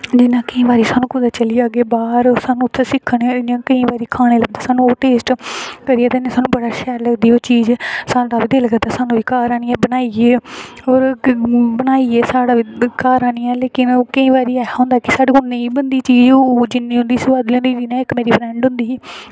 में आक्खेआ अस चली जाह्गे बाहर स्हानू उत्थै सिक्खनै गी केईं बारी ओह् खाने च टेस्ट ते एह्दे कन्नै एह् स्हानू बड़ी शैल लगदी चीज़ साढ़ा बी दिल करदा कि सानूं एह् घर बनाइयै ओह् गरमियें ई बनाइयै साढ़े घर आह्नियै लेकिन ओह् केईं बारी ऐसा होंदा कि साढ़े कोला नेईं बनदी ओह् चीज़ साढ़े कोला सोआदली इक्क मेरी फ्रैंड होंदी ही